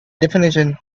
definition